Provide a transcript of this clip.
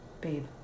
babe